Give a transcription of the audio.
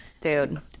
Dude